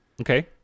Okay